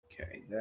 Okay